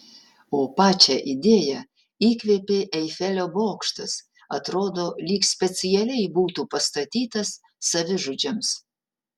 o pačią idėją įkvėpė eifelio bokštas atrodo lyg specialiai būtų pastatytas savižudžiams